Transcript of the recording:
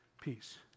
peace